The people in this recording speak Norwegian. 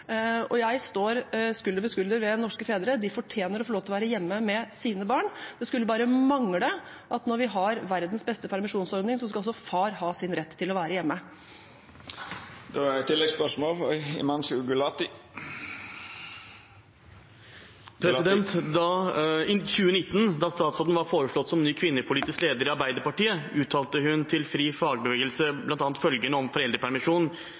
Jeg står skulder ved skulder ved norske fedre. De fortjener å få lov til å være hjemme med sine barn. Når vi har verdens beste permisjonsordning, skal også far har sin rett til å være hjemme – det skulle bare mangle. Himanshu Gulati – til oppfølginggspørsmål. I 2019, da statsråden var foreslått som ny kvinnepolitisk leder i Arbeiderpartiet, uttalte hun til FriFagbevegelse bl.a. følgende om